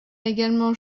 également